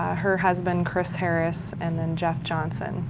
ah her husband, chris harris and then jeff johnson.